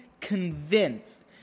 convinced